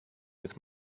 with